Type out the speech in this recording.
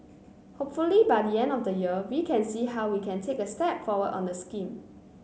hopefully by the end of the year we can see how we can take a step forward on the scheme